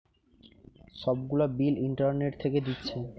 সব গুলা bill internet থিকে দিচ্ছে